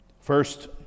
First